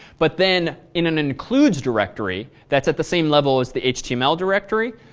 but then in an includes directory, that's at the same level as the html directory.